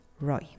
Roy